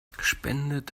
spendet